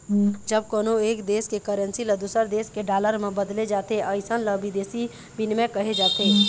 जब कोनो एक देस के करेंसी ल दूसर देस के डॉलर म बदले जाथे अइसन ल बिदेसी बिनिमय कहे जाथे